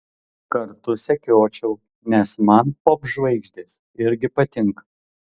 kartu sekiočiau nes man popžvaigždės irgi patinka